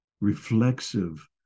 reflexive